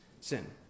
sin